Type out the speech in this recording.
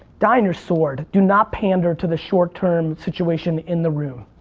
die on your sword, do not pander to the short-term situation in the room.